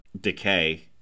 decay